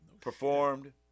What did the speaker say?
Performed